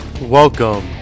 Welcome